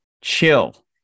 chill